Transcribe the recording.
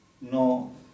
No